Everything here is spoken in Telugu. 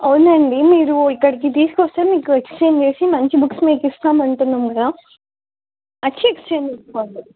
అవునండి మీరు ఇక్కడికి తీసుకొస్తే మీకు ఎక్స్చేంజ్ చేసి మంచి బుక్స్ మీకు ఇస్తామంటున్నాం కూడా వచ్చి ఎక్స్చేంజ్ చేసుకోండి